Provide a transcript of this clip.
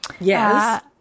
Yes